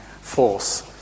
force